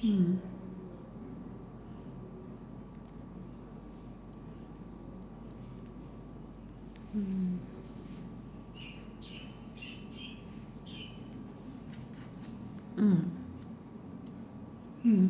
hmm hmm mm hmm